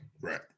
Right